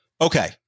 Okay